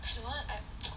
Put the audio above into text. if you wanna pa~